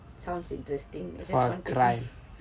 sounds interesting